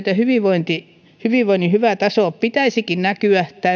ja hyvinvoinnin hyvän tason pitäisikin näkyä